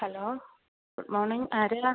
hello good മോണിങ് ആരാണ്